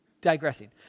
digressing